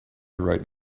wrote